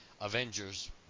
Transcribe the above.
Avengers